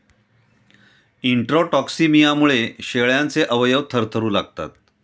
इंट्राटॉक्सिमियामुळे शेळ्यांचे अवयव थरथरू लागतात